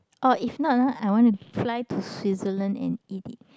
oh if not uh I want to fly to Switzerland and eat it